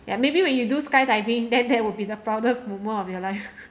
ya maybe when you do skydiving then that will be the proudest moment of your life